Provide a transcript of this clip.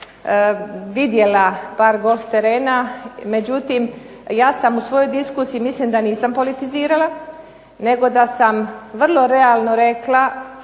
vidjela par golf terena. Međutim, ja u svojoj diskusiji mislim da nisam politizirala nego da sam vrlo realno rekla